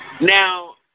Now